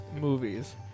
movies